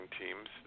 teams